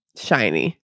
shiny